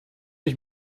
ich